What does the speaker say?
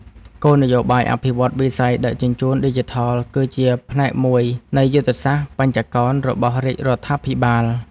គោលនយោបាយអភិវឌ្ឍន៍វិស័យដឹកជញ្ជូនឌីជីថល គឺជាផ្នែកមួយនៃយុទ្ធសាស្ត្របញ្ចកោណរបស់រាជរដ្ឋាភិបាល។